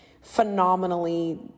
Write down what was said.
phenomenally